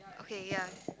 okay ya